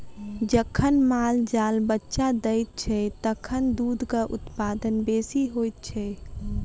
जखन माल जाल बच्चा दैत छै, तखन दूधक उत्पादन बेसी होइत छै